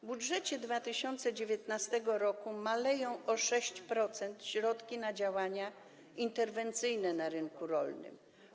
W budżecie 2019 r. maleją o 6% środki na działania interwencyjne na rynku rolnym.